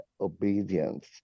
obedience